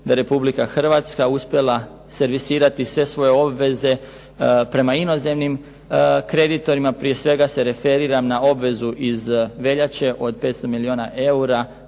je Republika Hrvatska uspjela servisirati sve svoje obveze prema inozemnim kreditorima, prije svega se referiram na obvezu iz veljače od 500 milijuna eura,